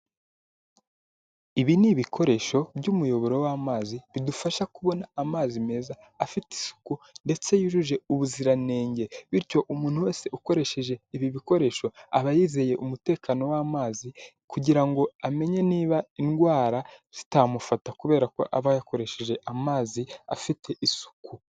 Ibi ni ibikoresho by'umuyoboro w'amazi bidufasha kubona amazi meza afite isuku ndetse yujuje ubuziranenge, bityo umuntu wese ukoresheje ibi bikoresho aba yizeye umutekano w'amazi kugira ngo amenye niba indwara zitamufata kubera ko aba yakoresheje amazi afite isuku.